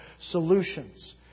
solutions